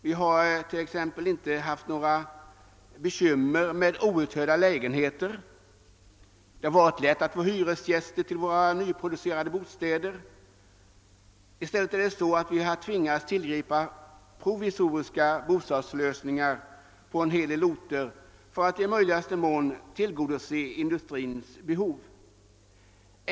Vi har t.ex. inte haft några bekymmer med outhyrda lägenheter, utan det har varit lätt att få hyresgäster till våra ny producerade bostäder. I stället har vi tvingats tillgripa provisoriska bostadslösningar på en hel del orter för att i möjligaste mån tillgodose industrins behov.